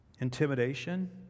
Intimidation